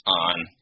on